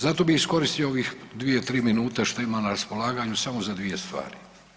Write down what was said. Zato bih iskoristio ovih dvije, tri minute što imam na raspolaganju samo za dvije stvari.